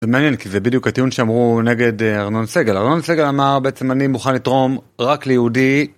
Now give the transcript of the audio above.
זה מעניין כי זה בדיוק הטיעון שאמרו נגד ארנון סגל, ארנון סגל אמר בעצם אני מוכן לתרום רק ליהודי.